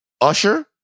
Usher